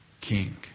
King